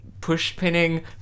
pushpinning